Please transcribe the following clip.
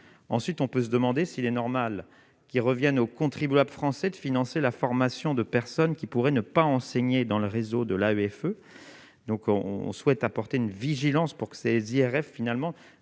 ensuite, on peut se demander s'il est normal qu'il revienne au contribuable français de financer la formation de personnes qui pourraient ne pas enseigner dans le réseau de la AFE donc on on souhaite apporter une vigilance pour que RF finalement